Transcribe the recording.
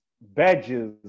badges